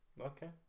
Okay